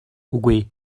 үгүй